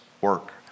work